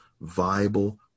viable